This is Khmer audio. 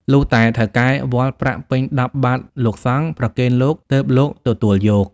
លុះតែថៅកែវាល់ប្រាក់ពេញ ១០ បាត្រលោកសង្ឃ ប្រគេនលោក ទើបលោកទទួលយក"។